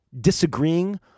disagreeing